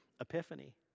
epiphany